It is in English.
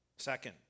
Second